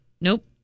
Nope